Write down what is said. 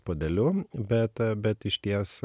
puodeliu bet bet išties